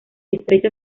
estrechas